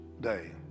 day